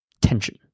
tension